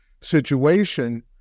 situation